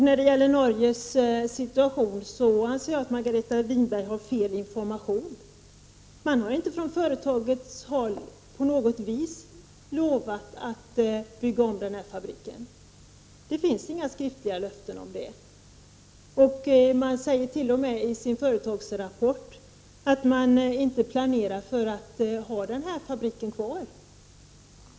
När det gäller Norges situation anser jag att Margareta Winberg har fel information. Man har inte från företagets håll på något vis lovat att bygga om den här fabriken. Det finns inga skriftliga löften om det. Man säger t.o.m. i sin företagsrapport att man inte planerar för att ha den här fabriken kvar.